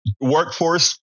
workforce